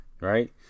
Right